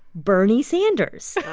bernie sanders.